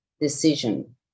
decision